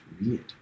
Weird